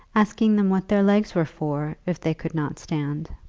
asking them what their legs were for, if they could not stand.